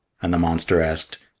and the monster asked,